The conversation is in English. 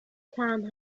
can